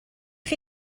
chi